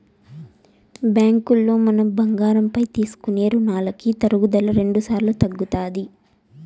బ్యాంకులో మనం బంగారం పైన తీసుకునే రునాలకి తరుగుదల రెండుసార్లు తగ్గుతాది